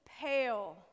pale